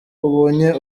ubonye